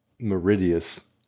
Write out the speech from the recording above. Meridius